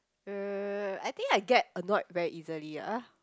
wait wait wait wait I think I get annoyed very easily ah